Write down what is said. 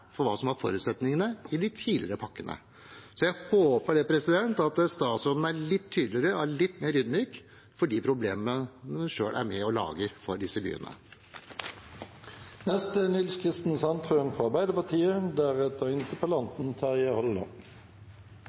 for hva som var forutsetningene i de tidligere pakkene. Så jeg håper at statsråden er litt tydeligere og litt mer ydmyk overfor de problemene en selv er med og lager for disse byene.